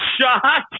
shot